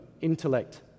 intellect